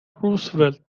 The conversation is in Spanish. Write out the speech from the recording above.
roosevelt